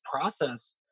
process